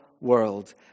world